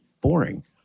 boring